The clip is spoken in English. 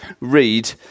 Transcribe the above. read